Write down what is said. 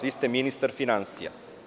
Vi ste ministar finansija.